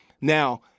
Now